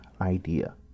idea